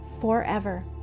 forever